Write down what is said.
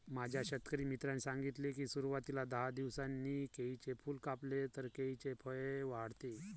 माझ्या शेतकरी मित्राने सांगितले की, सुरवातीला दहा दिवसांनी केळीचे फूल कापले तर केळीचे फळ वाढते